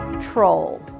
Troll